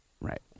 Right